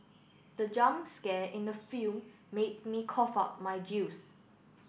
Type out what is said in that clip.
the jump scare in the film made me cough out my juice